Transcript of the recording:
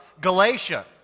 Galatia